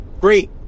Great